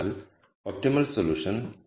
അതിനാൽ optimal solution 1